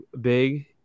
big